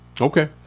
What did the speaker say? Okay